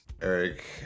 Eric